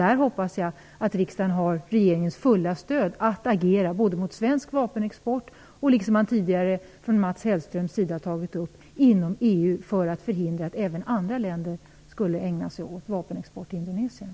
Jag hoppas att riksdagen har regeringens fulla stöd att agera mot svensk vapenexport och - som Mats Hellström tidigare har tagit upp - mot export inom EU för att förhindra att även andra länder skulle ägna sig åt vapenexport till Indonesien.